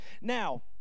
Now